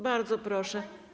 Bardzo proszę.